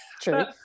True